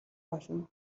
болно